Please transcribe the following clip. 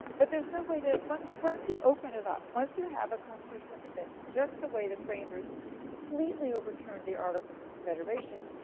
but, there's no way to, once once you open it up, once you have a constitutional convention, just the way the framers completely overturned the articles of confederation,